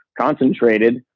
concentrated